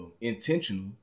intentional